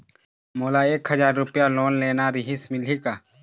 मोला एक हजार रुपया लोन लेना रीहिस, मिलही का?